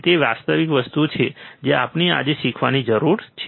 તે વાસ્તવિક વસ્તુ છે જે આપણે આજે શીખવાની જરૂર છે